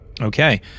Okay